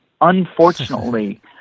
unfortunately